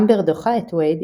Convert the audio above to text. אמבר דוחה את וייד,